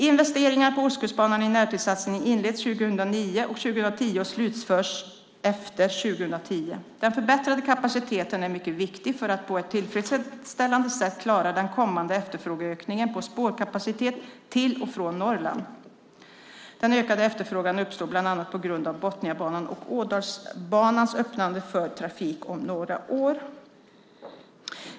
Investeringarna på Ostkustbanan i närtidssatsningen inleds 2009 och 2010 och slutförs efter 2010. Den förbättrade kapaciteten är mycket viktig för att på ett tillfredställande sätt klara den kommande efterfrågeökningen på spårkapacitet till och från Norrland. Den ökade efterfrågan uppstår bland annat på grund av att Botniabanan och Ådalsbanan öppnas för trafik om några år.